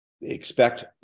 expect